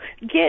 get